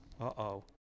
uh-oh